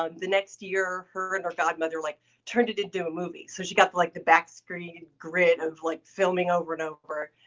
ah the next year, her and her godmother like turned it into a movie. so, she got like the back screen grid of like filming over and over.